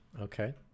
okay